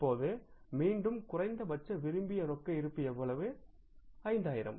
இப்போது மீண்டும் குறைந்தபட்ச விரும்பிய ரொக்க இருப்பு எவ்வளவு 5000